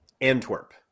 Antwerp